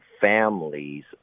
families